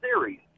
series